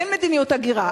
אין מדיניות הגירה.